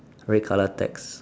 right colour text